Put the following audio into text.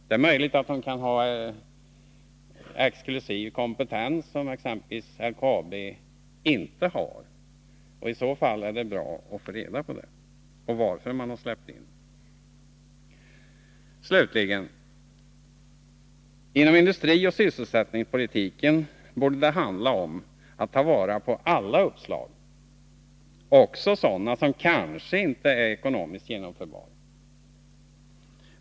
Det är möjligt att exklusiv kompetens, som t.ex. LKAB inte har, finns inom BP, och i så fall är det bra att få reda på det, liksom även vad som är anledningen till att man släppt in BP. Slutligen: Inom industrioch sysselsättningspolitiken borde det handla om att ta vara på alla uppslag, också sådana som kanske inte är ekonomiskt genomförbara.